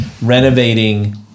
Renovating